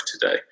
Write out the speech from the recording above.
today